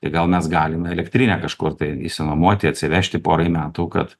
tai gal mes galim elektrinę kažkur tai išsinuomoti atsivežti porai metų kad